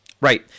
Right